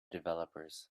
developers